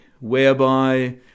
whereby